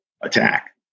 attack